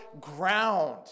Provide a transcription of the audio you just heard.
ground